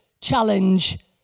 challenge